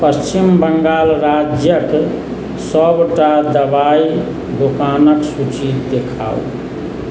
पश्चिम बंगाल राज्यक सबटा दवाइ दोकानक सूचि देखाउ